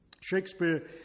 Shakespeare